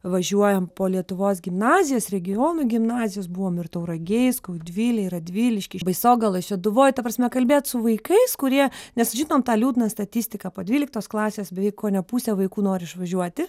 važiuojam po lietuvos gimnazijas regionų gimnazijas buvom ir tauragėj skaudvilėj radvilišky baisogaloj šeduvoj ta prasme kalbėt su vaikais kurie nes žinom tą liūdną statistiką po dvyliktos klasės beveik kone pusė vaikų nori išvažiuoti